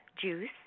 Juice